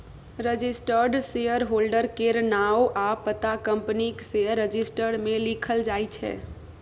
registered shareholder केर नाओ आ पता कंपनीक शेयर रजिस्टर मे लिखल जाइ छै